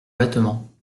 vêtements